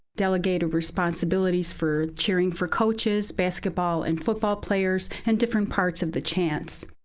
delegated responsibilities for cheering for coaches, basketball, and football players, and different parts of the chants.